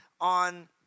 on